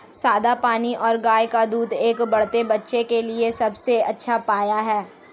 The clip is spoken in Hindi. सादा पानी और गाय का दूध एक बढ़ते बच्चे के लिए सबसे अच्छा पेय हैं